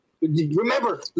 Remember